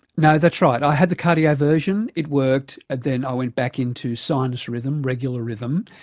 no, that's right, i had the cardioversion, it worked, then i went back into sinus rhythm, regular rhythm,